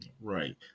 Right